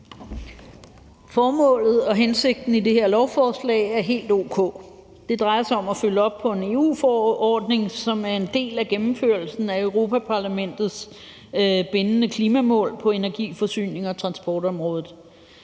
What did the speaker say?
Formålet og hensigten med det her lovforslag er helt o.k. Det drejer sig om at følge op på en EU-forordning, som er en del af gennemførelsen af Europa-Parlamentets bindende klimamål på energiforsynings- og transportområdet.